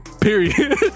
Period